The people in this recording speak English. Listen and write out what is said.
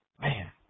Man